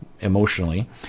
emotionally